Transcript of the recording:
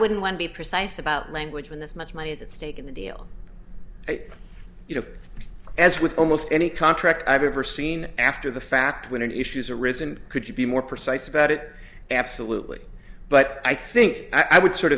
wouldn't one be precise about language when this much money is at stake in the deal you know as with almost any contract i've ever seen after the fact when issues arisen could you be more precise about it absolutely but i think i would sort